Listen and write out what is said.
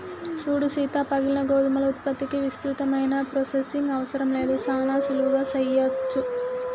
సూడు సీత పగిలిన గోధుమల ఉత్పత్తికి విస్తృతమైన ప్రొసెసింగ్ అవసరం లేదు సానా సులువుగా సెయ్యవచ్చు